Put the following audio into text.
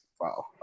wow